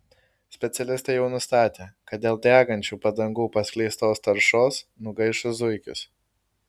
specialistai jau nustatė kad dėl degančių padangų paskleistos taršos nugaišo zuikis